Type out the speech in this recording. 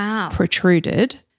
protruded